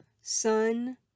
Sun